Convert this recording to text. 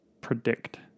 predict